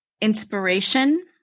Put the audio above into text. inspiration